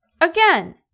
again